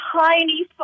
tiny